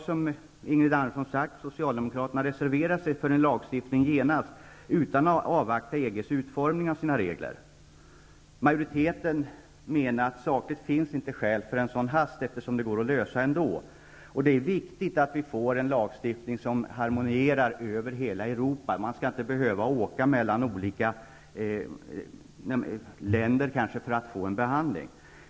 Som Ingrid Andersson sade har Socialdemokraterna reserverat sig för en lagstiftning utan att vi avvaktar utformningen av EG:s regler. Majoriteten anser att det inte finns något skäl för en sådan brådska, eftersom frågan kan lösas ändå. Det är viktigt att vi får en lagstiftning som harmonierar över hela Europa. Patienter skall inte behöva resa mellan olika länder för att få en viss behandling.